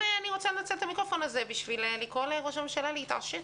אני רוצה לנצל את המיקרופון הזה בשביל לקרוא לראש הממשלה להתעשת.